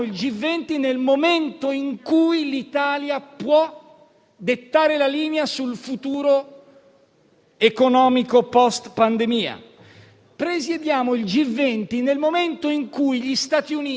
Presiediamo il G20 nel momento in cui gli Stati Uniti tornano al multilateralismo; «*America* *is back*» è il titolo della politica estera di Joe Biden, il Presidente eletto.